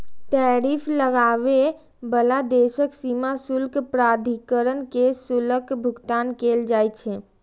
tariff लगाबै बला देशक सीमा शुल्क प्राधिकरण कें शुल्कक भुगतान कैल जाइ छै